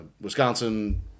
Wisconsin